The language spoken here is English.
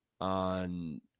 on